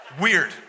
Weird